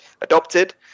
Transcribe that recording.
adopted